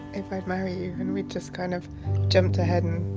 if i'd marry you. and we'd just kind of jumped ahead and,